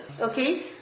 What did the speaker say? Okay